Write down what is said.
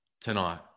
tonight